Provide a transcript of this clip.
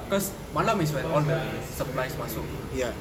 cause malam is when all the supplies masuk [pe]